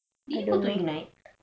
do you go to ignite